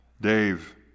Dave